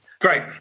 Great